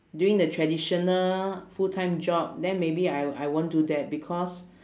doing the traditional full time job then maybe I I won't do that because